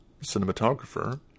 cinematographer